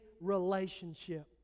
relationship